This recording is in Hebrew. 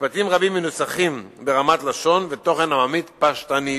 משפטים רבים מנוסחים ברמת לשון ותוכן עממית פשטנית.